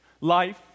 life